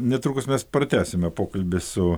netrukus mes pratęsime pokalbį su